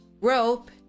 rope